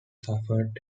suffered